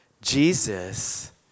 Jesus